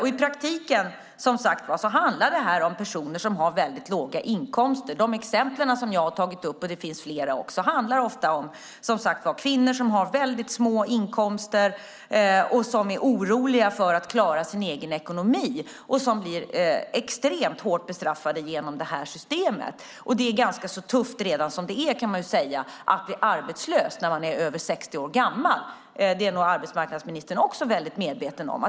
I praktiken handlar detta om personer som har väldigt låga inkomster. De exempel jag har tagit upp - och det finns flera - handlar om kvinnor som har väldigt små inkomster och som är oroliga för att klara sin egen ekonomi. De blir extremt hårt bestraffade genom det här systemet. Det är redan ganska tufft att bli arbetslös när man är över 60 år gammal. Det är nog arbetsmarknadsministern också väl medveten om.